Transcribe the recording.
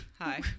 Hi